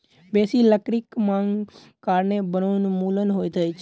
बेसी लकड़ी मांगक कारणें वनोन्मूलन होइत अछि